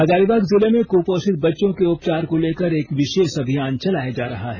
हजारीबाग जिले में कुपोषित बच्चों के उपचार को लेकर एक विशेष अभियान चलाया जा रहा है